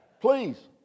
Please